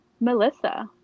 Melissa